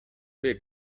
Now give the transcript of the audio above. big